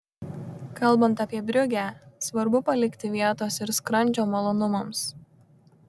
kalbant apie briugę svarbu palikti vietos ir skrandžio malonumams